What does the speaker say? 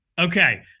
Okay